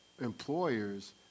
employers